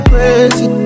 Crazy